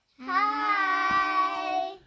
Hi